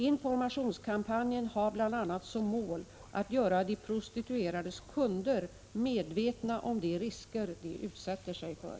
Informationskampanjen har bl.a. som mål att göra de prostituerades kunder medvetna om de risker de utsätter sig för.